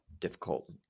difficult